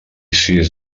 sis